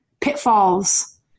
pitfalls